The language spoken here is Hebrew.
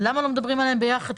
למה לא מדברים עליהן יחד?